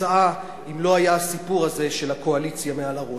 התוצאה אם לא היה הסיפור הזה של קואליציה מעל הראש.